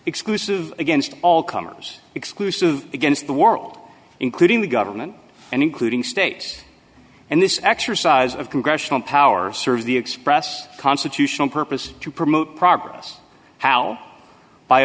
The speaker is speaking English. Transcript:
exclusive against all comers exclusive against the world including the government and including states and this exercise of congressional power serves the express constitutional purpose to promote progress how by